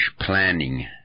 planning